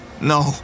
No